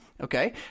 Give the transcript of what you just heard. okay